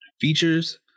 features